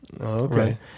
Okay